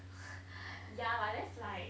yeah but that's like